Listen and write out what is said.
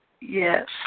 Yes